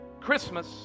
christmas